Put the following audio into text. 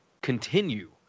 continue